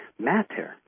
matter